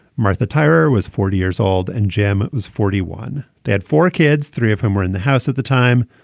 martha tyrer was forty years old and jim was forty one. they had four kids, three of whom were in the house at the time.